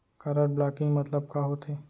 Card blocking मतलब का होथे?